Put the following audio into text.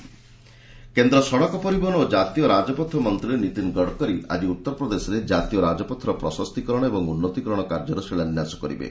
Gadkari UP projects କେନ୍ଦ୍ର ସଡ଼କ ପରିବହନ ଓ ଜାତୀୟ ରାଜପଥ ମନ୍ତ୍ରୀ ନୀତିନ୍ ଗଡ଼କରୀ ଆକି ଉତ୍ତର ପ୍ରଦେଶରେ ଜାତୀୟ ରାଜପଥର ପ୍ରଶସ୍ତୀକରଣ ଓ ଉନ୍ନତୀକରଣ କାର୍ଯ୍ୟର ଶିଳାନ୍ୟାସ କରିବେ